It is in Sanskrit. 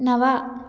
नव